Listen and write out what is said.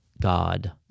God